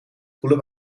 koele